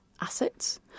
assets